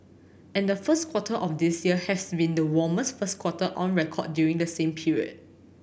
and the first quarter of this year has been the warmest first quarter on record during the same period